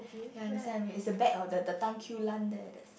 do you understand me it's the back of the the Tan-Quee-Lan there leh